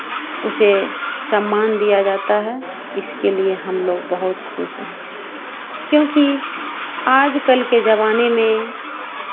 उसे सम्मान दिया जाता है इसके लिए हम लोग बहुत खुश हैं क्योंकि आजकल के ज़माने में